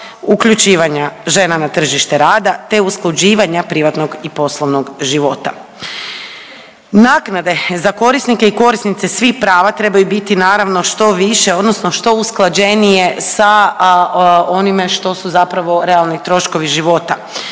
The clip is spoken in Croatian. uključivanja žena na tržište rada te usklađivanja privatnog i poslovnog života. Naknade za korisnike i korisnice svih prava trebaju biti, naravno, što više, odnosno što usklađenije sa onime što su zapravo realni troškovi života,